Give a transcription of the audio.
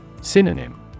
Synonym